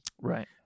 right